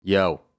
Yo